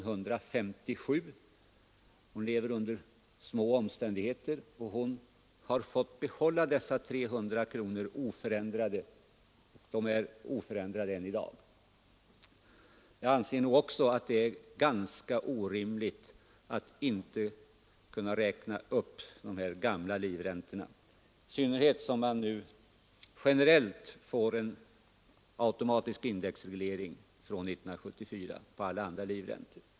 Hon lever under små omständigheter. Beloppet 300 kronor är oförändrat än i dag. Jag anser att det är orimligt att inte kunna räkna upp de gamla livräntorna, i synnerhet som det generellt införs automatisk indexreglering från 1974 på alla andra livräntor.